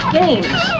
games